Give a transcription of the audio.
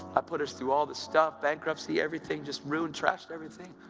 i put us through all the stuff bankruptcy, everything just ruined, trashed everything.